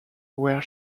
where